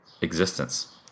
existence